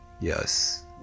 Yes